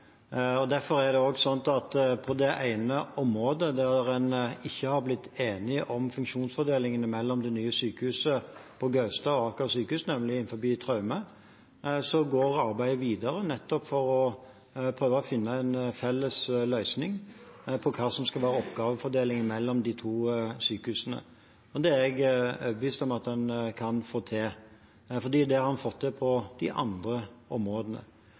på. Derfor er det også slik at på det ene området der en ikke har blitt enig om funksjonsfordelingene mellom det nye sykehuset på Gaustad og Aker sykehus, nemlig innenfor traume, går arbeidet videre, nettopp for å prøve å finne en felles løsning for hva som skal være oppgavefordelingen mellom de to sykehusene. Det er jeg overbevist om at en kan få til, for det har vi fått til på de andre områdene.